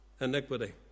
iniquity